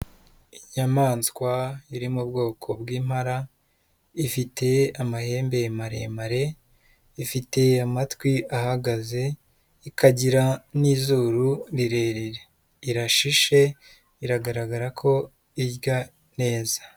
Inyamaswa iri mu bwoko bw'impara, ifite amahembe maremare, ifite amatwi ahagaze, ikagira n'izuru rirerire, irashishe biragaragara ko irya neza.